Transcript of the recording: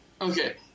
Okay